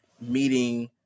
meeting